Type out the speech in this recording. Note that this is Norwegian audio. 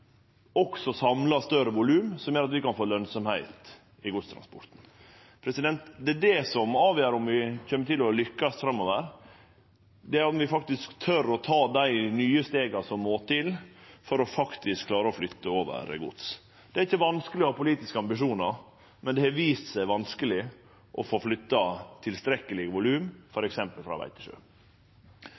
også samlar større volum, som gjer at vi kan få lønnsemd i godstransporten. Det er det som avgjer om vi kjem til å lykkast framover: om vi faktisk tør å ta dei nye stega som må til for å klare å flytte over gods. Det er ikkje vanskeleg å ha politiske ambisjonar, men det har vist seg vanskeleg å få flytta tilstrekkelege volum f.eks. frå